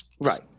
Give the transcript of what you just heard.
right